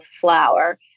flower